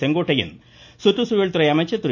செங்கோட்டையன் சுற்றுச்சூழல் துறை அமைச்சர் திரு